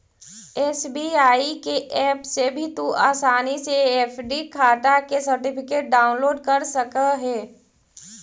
SBI के app से भी तू आसानी से एफ.डी खाटा के सर्टिफिकेट डाउनलोड कर सकऽ हे